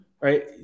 right